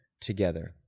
together